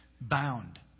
bound